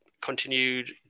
continued